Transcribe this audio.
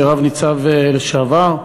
רב-ניצב לשעבר,